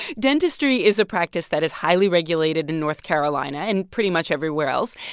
dentistry is a practice that is highly regulated in north carolina and pretty much everywhere else.